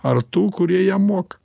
ar tų kurie jam moka